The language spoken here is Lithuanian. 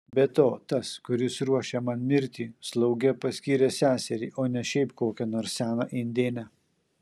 be to tas kuris ruošia man mirtį slauge paskyrė seserį o ne šiaip kokią nors seną indėnę